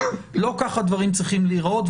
לא כך הדברים צריכים להיראות.